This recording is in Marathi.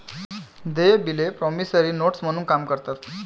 देय बिले प्रॉमिसरी नोट्स म्हणून काम करतात